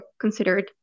considered